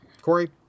Corey